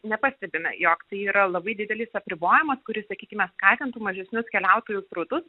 nepastebime jog tai yra labai didelis apribojimas kuris sakykime skatintų mažesnius keliautojų srautus